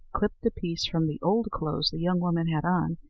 clipped a piece from the old clothes the young woman had on,